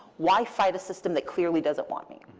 why fight a system that clearly doesn't want me?